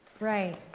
right.